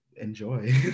enjoy